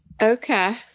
Okay